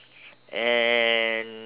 and